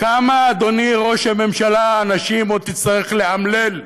כמה אנשים, אדוני ראש הממשלה, עוד תצטרך לאמלל?